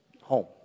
home